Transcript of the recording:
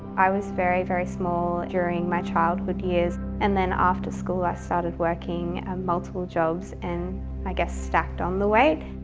i was very, very small during my childhood years and then after school i started working ah multiple jobs, and i guess stacked on the weight.